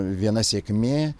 viena sėkmė